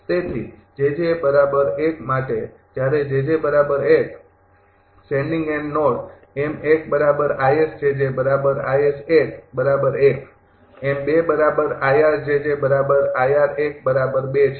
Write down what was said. તેથી માટે જ્યારે સેંડિંગ એન્ડ નોડ છે